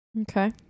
okay